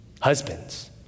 Husbands